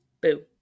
boo